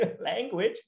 language